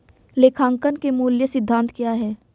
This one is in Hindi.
लेखांकन के मूल सिद्धांत क्या हैं?